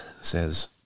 says